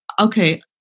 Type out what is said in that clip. okay